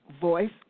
voice